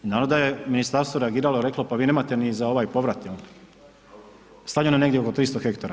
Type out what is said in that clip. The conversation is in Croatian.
I naravno da je ministarstvo reagiralo i reklo pa vi nemate ni za ovaj povrat, stavljeno je negdje oko 300 hektara.